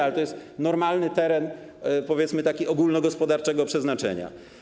Ale to jest normalny teren, powiedzmy, ogólnogospodarczego przeznaczenia.